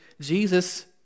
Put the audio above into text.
Jesus